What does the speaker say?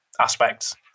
aspects